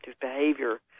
behavior